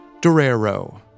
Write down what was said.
Dorero